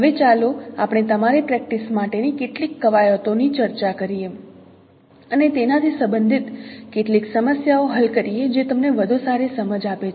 હવે ચાલો આપણે તમારી પ્રેક્ટિસ માટેની કેટલીક કવાયતોની ચર્ચા કરીએ અને તેનાથી સંબંધિત કેટલીક સમસ્યાઓ હલ કરીએ જે તમને વધુ સારી સમજ આપે છે